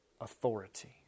authority